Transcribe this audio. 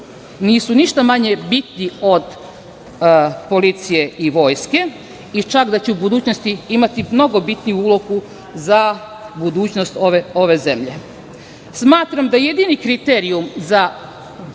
nisu ništa manje bitni od policije i Vojske i čak da će u budućnosti imati mnogo bitniju ulogu za budućnost ove zemlje. Smatram da jedini kriterijum za